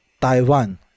Taiwan